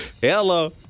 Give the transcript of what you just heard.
Hello